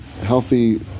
healthy